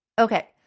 Okay